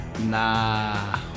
Nah